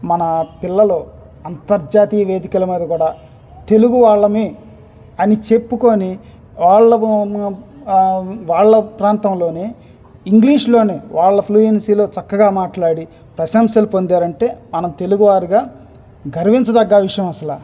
మన పిల్లలు అంతర్జాతీయ వేదికల మీద కూడా తెలుగు వాళ్ళమే అని చెప్పుకోని వాళ్ళ వాళ్ళ ప్రాంతంలోనే ఇంగ్లీష్లోనే వాళ్ళ ఫ్లూయెన్సీలో చక్కగా మాట్లాడి ప్రశంసలు పొందారంటే మనం తెలుగు వారిగా గర్వించదగ్గ విషయం అసల